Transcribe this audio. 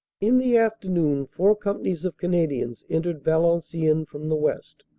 in the afternoon four companies of canadians entered valenciennes from the west.